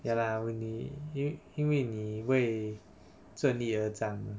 ya lah when 你因因为你为顺利而战 mah